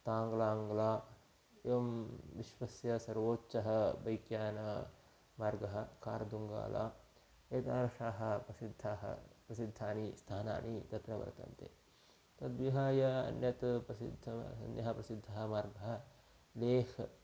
ताङ्ग्लाङ्ग्ला एवं विश्वस्य सर्वोच्चः बैक्यानमार्गः कार्दुङ्गाला एतादृशाः प्रसिद्धाः प्रसिद्धानि स्थानानि तत्र वर्तन्ते तद्विहाय अन्यत् प्रसिद्ध अन्यः प्रसिद्धः मार्गः लेह्